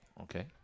Okay